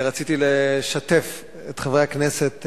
רציתי לשתף את חברי הכנסת,